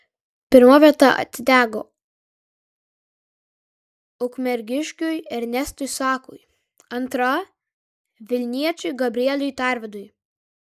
pirma vieta atiteko ukmergiškiui ernestui sakui antra vilniečiui gabrieliui tarvidui